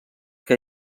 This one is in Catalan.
que